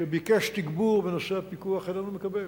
שביקש תגבור בנושא הפיקוח, איננו מקבל,